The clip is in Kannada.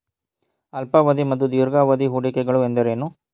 ಅಲ್ಪಾವಧಿ ಮತ್ತು ದೀರ್ಘಾವಧಿ ಹೂಡಿಕೆಗಳು ಎಂದರೇನು?